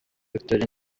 victory